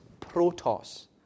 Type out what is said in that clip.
protos